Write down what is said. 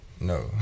no